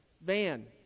van